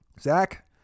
Zach